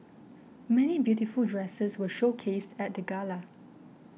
many beautiful dresses were showcased at the gala